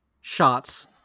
shots